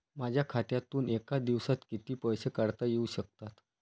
माझ्या खात्यातून एका दिवसात किती पैसे काढता येऊ शकतात?